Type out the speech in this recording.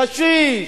קשיש,